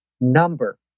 number